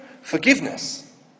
forgiveness